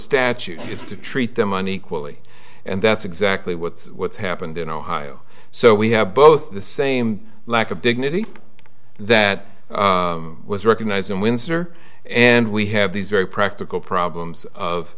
statute is to treat them on equally and that's exactly what what's happened in ohio so we have both the same lack of dignity that was recognized in windsor and we have these very practical problems of